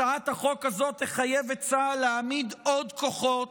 הצעת החוק הזאת תחייב את צה"ל להעמיד עוד כוחות